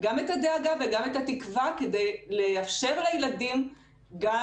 גם את הדאגה וגם את התקווה כדי לאפשר לילדים גם